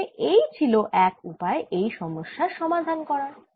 তাহলে এই ছিল এক উপায় এই সমস্যার সমাধান করার